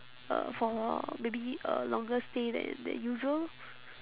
uh for maybe a longer stay than than usual